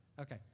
Okay